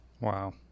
Wow